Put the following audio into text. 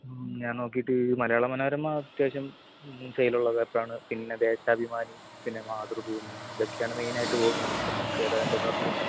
ഞാൻ നോക്കിയിട്ട് മലയാള മനോരമ അത്യാവശ്യം സെയിലുള്ള പേപ്പറാണ് പിന്നെ ദേശാഭിമാനി പിന്നെ മാതൃഭൂമി ഇതൊക്കെയാണ് മെയിനായിട്ട് പോകുന്നത് അപ്പം നിങ്ങൾക്ക് ഏതാണ് വേണ്ടതെന്നു പറഞ്ഞു കഴിഞ്ഞാൽ